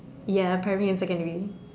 ya primary and secondary